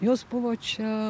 jos buvo čia